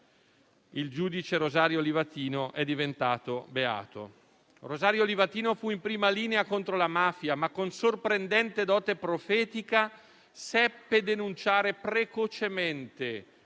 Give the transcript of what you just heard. il giudice Rosario Livatino è diventato beato. Rosario Livatino fu in prima linea contro la mafia, ma con sorprendente dote profetica seppe denunciare precocemente